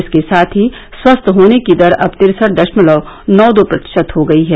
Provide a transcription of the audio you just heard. इसके साथ ही स्वस्थ होने की दर अब तिरसठ दशमलव नौ दो प्रतिशत हो गयी है